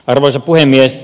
arvoisa puhemies